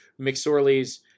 McSorley's